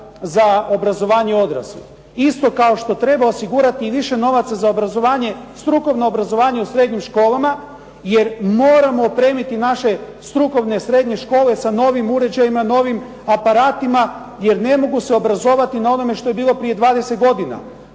za obrazovanje odraslih. Isto kao što treba osigurati i više novaca za obrazovanje strukovno obrazovanje u srednjim školama, jer moramo opremiti naše strukovne srednje škole sa novim uređajima, novim aparatima, jer ne mogu se obrazovati na onome što je bilo prije 20 godina.